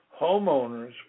Homeowners